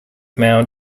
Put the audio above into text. mound